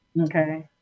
Okay